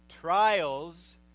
Trials